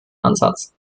ansatz